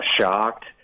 shocked